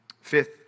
Fifth